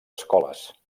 escoles